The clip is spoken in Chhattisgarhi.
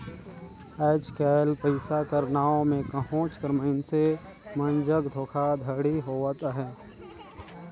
आएज काएल पइसा कर नांव में कहोंच कर मइनसे मन जग धोखाघड़ी होवत अहे